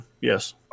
Yes